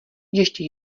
ještě